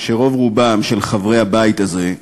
שרוב-רובם של חברי הבית הזה,